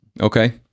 okay